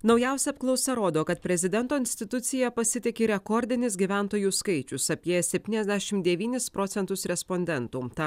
naujausia apklausa rodo kad prezidento institucija pasitiki rekordinis gyventojų skaičius apie septyniasdešimt devynis procentus respondentų tą